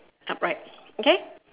upright okay